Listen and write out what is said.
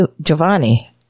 Giovanni